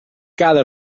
cada